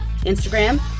Instagram